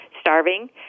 starving